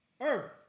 Earth